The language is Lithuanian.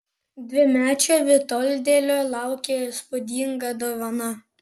dvimečio vitoldėlio laukė įspūdinga dovana